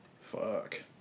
Fuck